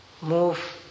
move